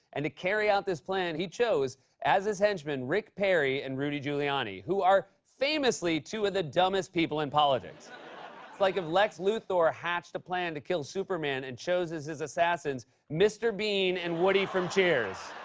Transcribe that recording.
and to carry out this plan, he chose as his henchman rick perry and rudy giuliani, who are famously two of the dumbest people in politics. it's like if lex luthor ah hatched a plan to kill superman and chose as his assassins mr. bean and woody from cheers.